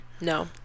No